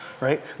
right